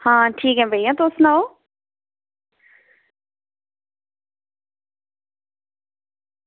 हां ठीक ऐ भैया तुस सनाओ